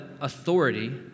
authority